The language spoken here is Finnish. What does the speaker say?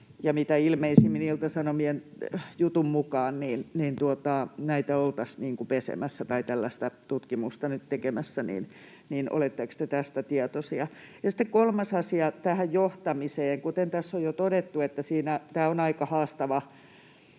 mitä ilmeisimmin Ilta-Sanomien jutun mukaan näitä oltaisiin pesemässä tai tällaista tutkimusta nyt tekemässä. Oletteko te tästä tietoinen? Ja sitten kolmas asia tähän johtamiseen. Kuten tässä on jo todettu, tämä on tavallaan aika haastava